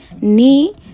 Ni